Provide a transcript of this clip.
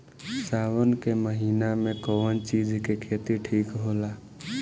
सावन के महिना मे कौन चिज के खेती ठिक होला?